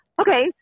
Okay